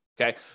okay